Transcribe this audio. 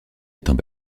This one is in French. étant